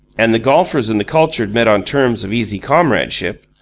and the golfers and the cultured met on terms of easy comradeship,